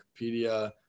Wikipedia